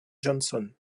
johnson